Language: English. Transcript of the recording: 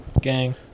Gang